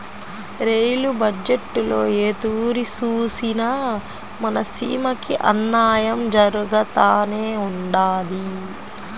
rail బజ్జెట్టులో ఏ తూరి సూసినా మన సీమకి అన్నాయం జరగతానే ఉండాది